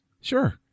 Sure